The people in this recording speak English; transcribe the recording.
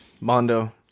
Mondo